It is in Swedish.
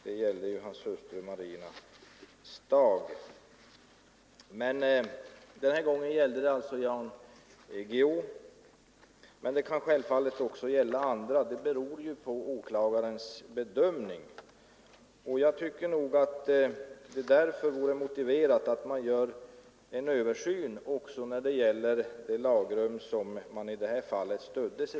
Här handlade det om besök av Jan Guillous hustru Marina Stagh, men det kan självfallet också gälla andra fall än Jan Guillou; det beror på åklagarens bedöm ning. Jag tycker att det mot denna bakgrund är motiverat att det görs en översyn också när det gäller det lagrum som man i detta fall stödde sig